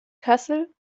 kassel